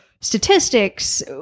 statistics